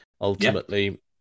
ultimately